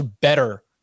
better